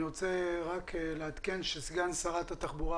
אני רוצה רק לעדכן שסגן שרת התחבורה